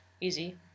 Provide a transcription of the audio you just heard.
easy